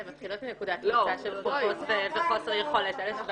מתחילות מנקודת מוצא של --- וחוסר יכולת.